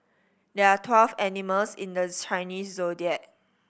there are twelve animals in the Chinese Zodiac